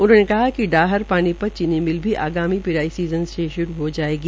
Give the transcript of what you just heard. उन्हांने कहा कि डाहर पानीपत चीनी मिल भी आगामी पिराई सीजन से शुरू हो जाएगी